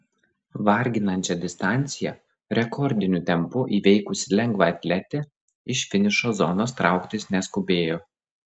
varginančią distanciją rekordiniu tempu įveikusi lengvaatletė iš finišo zonos trauktis neskubėjo